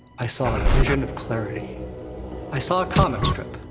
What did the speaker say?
i saw a vision of clarity i saw a comic strip,